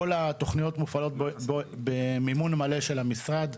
כל התוכניות מופעלות במימון מלא של המשרד.